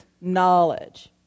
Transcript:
knowledge